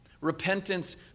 Repentance